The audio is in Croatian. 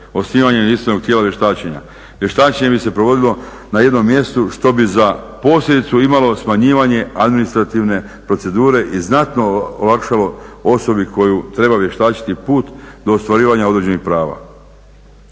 osnivanjem jedinstvenog tijela vještačenja. Vještačenje bi se provodilo na jednom mjestu što bi za posljedicu imalo smanjivanje administrativne procedure i znatno olakšalo osobi koju treba vještačiti put do ostvarivanja određenih prava.